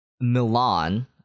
Milan